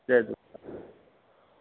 Jay Jhulelal